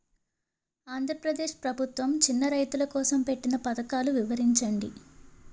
ఆంధ్రప్రదేశ్ ప్రభుత్వ చిన్నా రైతుల కోసం పెట్టిన పథకాలు వివరించండి?